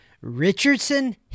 Richardson